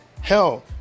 hell